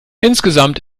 insgesamt